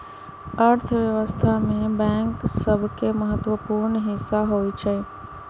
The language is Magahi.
अर्थव्यवस्था में बैंक सभके महत्वपूर्ण हिस्सा होइ छइ